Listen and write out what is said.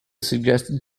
suggested